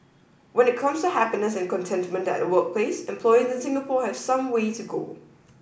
when it comes to happiness and contentment at the workplace employees in Singapore have some way to go